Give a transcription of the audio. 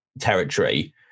territory